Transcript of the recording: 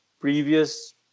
previous